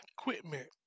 equipment